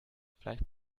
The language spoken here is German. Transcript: vielleicht